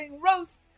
Roast